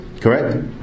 correct